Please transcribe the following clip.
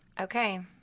Okay